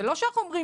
אומרים